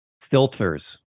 filters